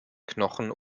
knochen